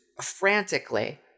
frantically